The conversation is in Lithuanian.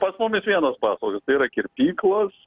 pas mus vienos paslaugos tai yra kirpyklos